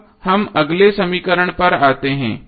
अब हम अगले समीकरण पर आते हैं